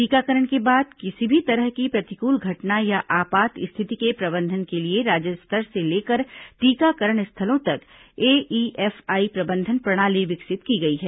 टीकाकरण के बाद किसी भी तरह की प्रतिकूल घटना या आपात स्थिति के प्रबंधन के लिए राज्य स्तर से लेकर टीकाकरण स्थलों तक एईएफआई प्रबंधन प्रणाली विकसित की गई है